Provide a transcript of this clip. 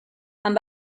amb